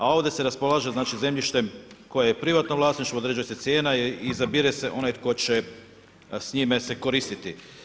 A ovdje se raspolaže zemljištem koje je privatnom vlasništvo određuje se cijena i izabire se onaj tko će s njime se koristiti.